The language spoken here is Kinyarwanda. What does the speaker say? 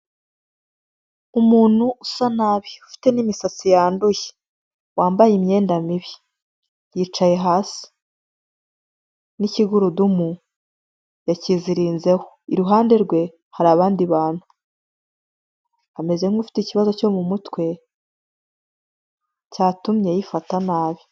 Umuntu usa nabi ufite n'imisatsi yanduye, wambaye imyenda mibi, yicaye hasi, n'ikigurudumu yakizirinzeho. Iruhande rwe hari abandi bantu ameze nk'ufite ikibazo cyo mu mutwe cyatumye yifata nabi.